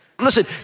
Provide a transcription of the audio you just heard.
Listen